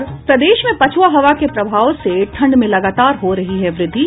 और प्रदेश में पछुआ हवा के प्रभाव से ठंड में लगातार हो रही है वृद्धि